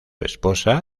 esposa